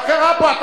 מה קרה פה?